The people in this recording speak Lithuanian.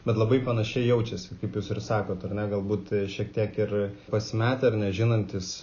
bet labai panašiai jaučiasi kaip jūs ir sakot ar ne galbūt šiek tiek ir pasimetę ir nežinantys